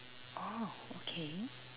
oh okay